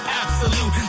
absolute